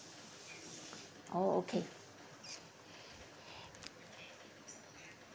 oh okay